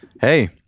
Hey